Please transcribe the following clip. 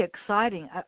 exciting